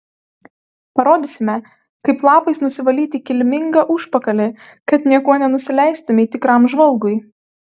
parodysime kaip lapais nusivalyti kilmingą užpakalį kad niekuo nenusileistumei tikram žvalgui